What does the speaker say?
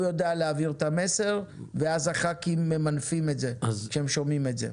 יודע להעביר את המסר ואז הח"כים ממנפים את זה כשהם שומעים את זה.